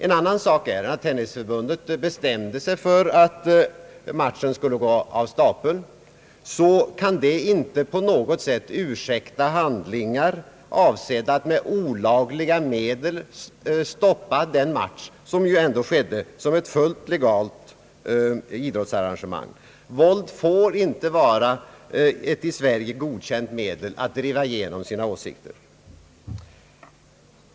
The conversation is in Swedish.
En annan sak är att när Tennisförbundet bestämde sig för att matchen skulle äga rum, så kan detta inte på något sätt ursäkta handlingar avsedda att med olagliga medel stoppa denna match som ju ändå var ett fullt legalt idrottsarrangemang. Våld får inte vara ett i Sverige godkänt medel att driva igenom sina åsikter.